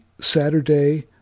Saturday